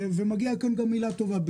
ומגיעה מילה טובה,